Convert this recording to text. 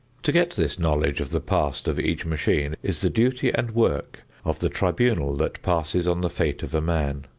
to get this knowledge of the past of each machine is the duty and work of the tribunal that passes on the fate of a man.